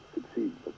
succeed